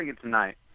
tonight